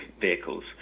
vehicles